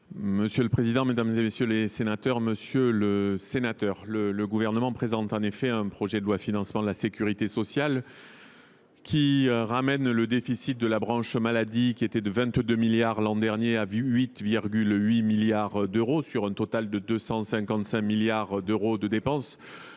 Monsieur le président, mesdames, messieurs les sénateurs, monsieur le sénateur Bernard Jomier, le Gouvernement présente en effet un projet de loi de financement de la sécurité sociale visant à ramener le déficit de la branche maladie, qui était de 22 milliards l’an dernier, à 8,8 milliards d’euros, sur un total de 255 milliards d’euros de dépenses.